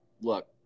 Look